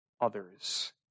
Others